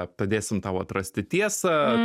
padėsim tau atrasti tiesą